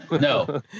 No